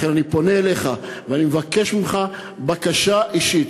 לכן אני פונה אליך ואני מבקש ממך בקשה אישית